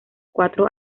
cuatro